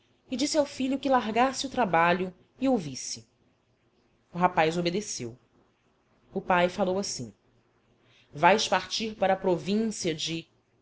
e disse ao filho que largasse o trabalho e o ouvisse o rapaz obedeceu o pai falou assim vais partir para a província de